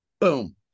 Boom